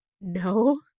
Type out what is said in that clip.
No